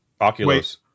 Oculus